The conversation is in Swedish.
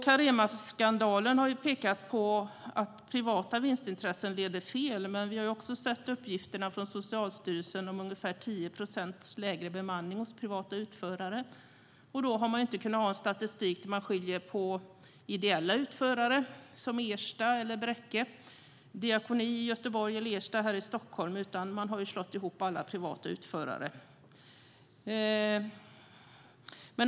Caremaskandalen har pekat på att privata vinstintressen leder fel. Vi har också sett uppgifterna från Socialstyrelsen om ungefär 10 procents lägre bemanning hos privata utförare. Då har det inte funnits statistik som skiljer på ideella utförare som Ersta i Stockholm eller Bräcke Diakoni i Göteborg utan man har slagit ihop alla privata utförare.